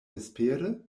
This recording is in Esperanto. vespere